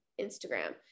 Instagram